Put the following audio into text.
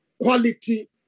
quality